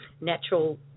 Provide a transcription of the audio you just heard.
natural